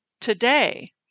today